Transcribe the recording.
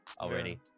already